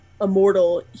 immortal